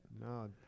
No